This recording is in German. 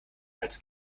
als